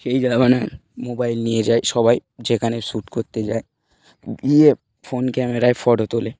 সেই জামানায় মোবাইল নিয়ে যায় সবাই যেখানে শ্যুট করতে যায় গিয়ে ফোন ক্যামেরায় ফটো তোলে